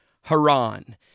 Haran